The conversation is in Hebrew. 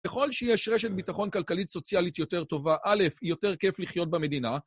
ככל שיש רשת ביטחון כלכלית סוציאלית יותר טובה, א', היא יותר כיף לחיות במדינה.